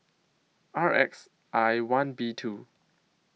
R X I one B two